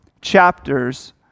chapters